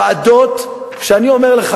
ועדות שאני אומר לך,